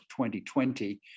2020